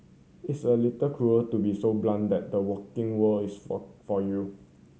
it's a little cruel to be so blunt that the working world is for for you